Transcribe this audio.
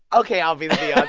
ok. i'll be the yeah